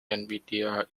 nvidia